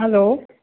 hello